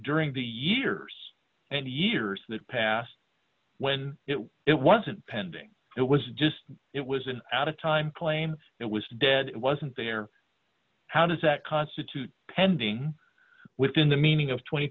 during the years and years that passed when it was it wasn't pending it was just it was an out of time claim it was dead it wasn't there how does that constitute pending within the meaning of twenty